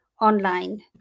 online